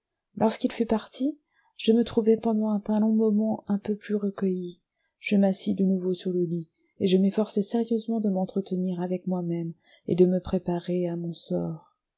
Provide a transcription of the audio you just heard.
lorsqu'il fut parti je me trouvai pendant un moment un peu plus recueilli je m'assis de nouveau sur le lit et je m'efforçai sérieusement de m'entretenir avec moi-même et de me préparer à mon sort